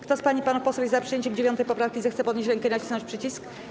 Kto z pań i panów posłów jest za przyjęciem 9. poprawki, zechce podnieść rękę i nacisnąć przycisk.